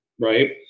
right